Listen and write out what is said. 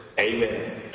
Amen